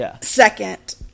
second